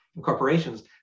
corporations